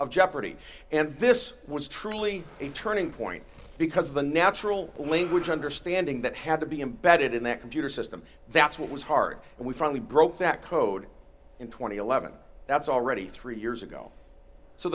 of jeopardy and this was truly a turning point because of the natural language understanding that had to be embedded in that computer system that's what was hard and we finally broke that code in two thousand and eleven that's already three years ago so